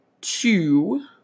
two